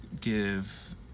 give